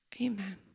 Amen